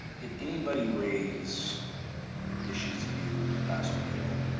did anybody raise issues to you, and ambassador hail,